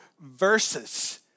verses